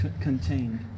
contained